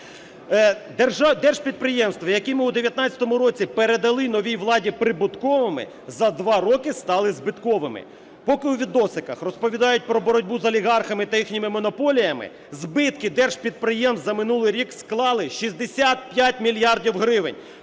Держпідприємства, які ми у 19-му році передали новій владі прибутковими, за два роки стали збитковими. Поки у "відосиках" розповідають про боротьбу з олігархами та їхніми монополіями, збитки держпідприємств за минулий рік склали 65 мільярдів гривень.